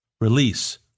Release